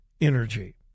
energy